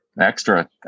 Extra